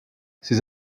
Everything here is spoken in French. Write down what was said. ces